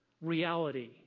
reality